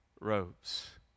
robes